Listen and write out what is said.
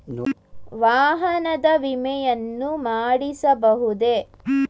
ವಾಹನದ ವಿಮೆಯನ್ನು ಮಾಡಿಸಬಹುದೇ?